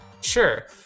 Sure